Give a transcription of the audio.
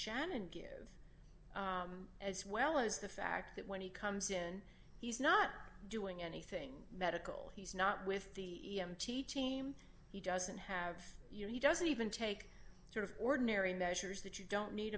shannon gives as well as the fact that when he comes in he's not doing anything medical he's not with the e m t team he doesn't have you know he doesn't even take sort of ordinary measures that you don't need